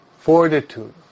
Fortitude